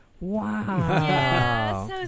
Wow